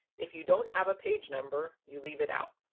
if you don't have a page number you leave it out.